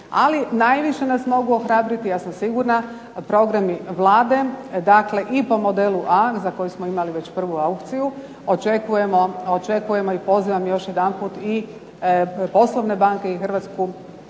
ali najviše nas mogu ohrabriti, ja sam sigurna, programi Vlade dakle i po modelu A za koji smo imali već prvu aukciju, očekujemo i pozivam još jedanput i poslovne banke i Hrvatsku